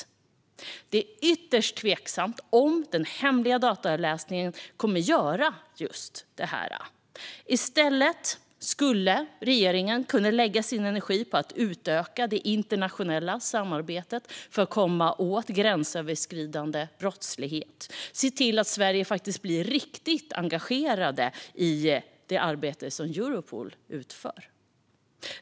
Men det är ytterst tveksamt om den hemliga dataavläsningen kommer att göra just detta. I stället skulle regeringen kunna lägga sin energi på att utöka det internationella samarbetet för att komma åt gränsöverskridande brottslighet och se till att Sverige blir riktigt engagerat i det arbete som Europol utför.